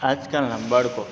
આજકાલનાં બાળકો